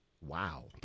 Wow